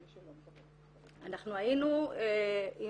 אנחנו היינו עם